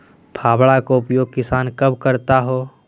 फावड़ा का उपयोग किसान कब करता है?